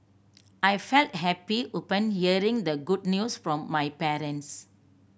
I felt happy upon hearing the good news from my parents